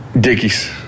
Dickies